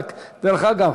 דרך אגב,